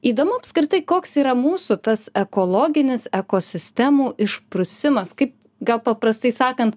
įdomu apskritai koks yra mūsų tas ekologinis ekosistemų išprusimas kaip gal paprastai sakant